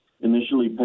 Initially